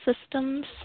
systems